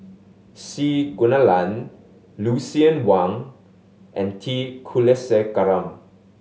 C Kunalan Lucien Wang and T Kulasekaram